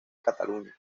cataluña